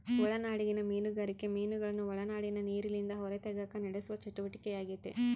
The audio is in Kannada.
ಒಳನಾಡಿಗಿನ ಮೀನುಗಾರಿಕೆ ಮೀನುಗಳನ್ನು ಒಳನಾಡಿನ ನೀರಿಲಿಂದ ಹೊರತೆಗೆಕ ನಡೆಸುವ ಚಟುವಟಿಕೆಯಾಗೆತೆ